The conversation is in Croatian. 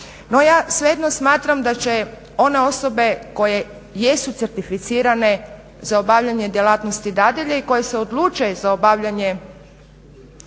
No ja svejedno smatram da će one osobe koje jesu certificirane za obavljanje djelatnosti dadilje i koje se odluče za obavljanje